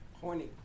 Horny